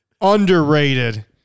underrated